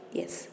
yes